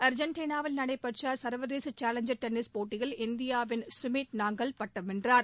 அர்ஜெண்ட்டினாவில் நடைபெற்ற சர்வதேச challenger tennis போட்டியில் இந்தியாவின் கமித் நாகல் பட்டம் வென்றார்